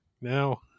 Now